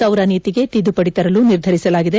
ಸೌರ ನೀತಿಗೆ ತಿದ್ದುಪಡಿ ತರಲು ನಿರ್ಧರಿಸಲಾಗಿದೆ